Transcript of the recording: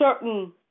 certain